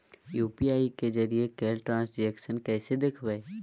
UPI के जरिए कैल ट्रांजेक्शन कैसे देखबै?